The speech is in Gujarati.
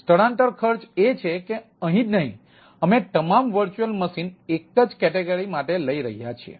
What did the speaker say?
સ્થળાંતર ખર્ચ એ છે કે અહીં જ નહીં અમે તમામ VM એક જ કેટેગરી માટે લઈ રહ્યા છીએ